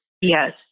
Yes